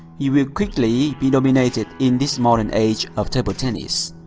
you will quickly be dominated in this modern age of table tennis.